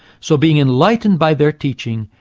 so, being enlightened by their teaching,